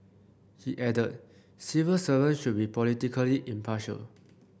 he added civil servant should be politically impartial